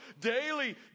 daily